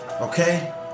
Okay